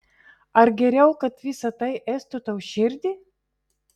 ar geriau kad visa tai ėstų tau širdį